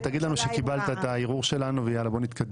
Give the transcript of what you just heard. תגיד לנו שקיבלת את הערעור שלנו ונתקדם.